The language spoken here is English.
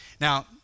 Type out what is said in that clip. Now